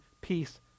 peace